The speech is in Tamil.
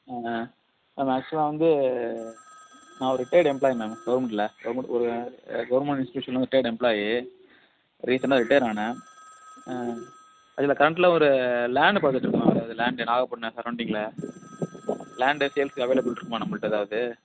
ஆ நான் ஆ நான் ஆக்சுவலாக வந்து நான் ஒரு ரிட்டையர்டு எம்ப்ளாய் மேம் கவுர்மெண்ட்டில கவுர்மெண்ட் ஒரு கவுர்மெண்ட் இன்ஸ்டியூஷன் ரிட்டையர்டு எம்ப்ளாயி ரீசெண்ட்டாக ரிட்டையர்ட் ஆனேன் அதில் கரண்ட்டில ஒரு லேண்ட் பாத்துட்டுருந்தோம் அதாவது லேண்டு நாகப்பட்டினம் சரௌண்டிங்கில லேண்டு சேல்ஸுக்கு அவைலபிள் இருக்குமா நம்பள்கிட்ட எதாவது